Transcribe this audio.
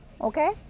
okay